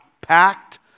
Packed